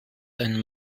ein